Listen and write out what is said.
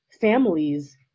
families